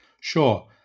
Sure